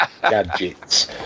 gadgets